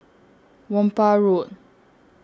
Whampoa Road